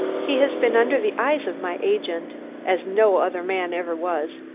he has been under the eyes of my agents as no other man ever was,